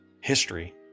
history